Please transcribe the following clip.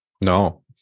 no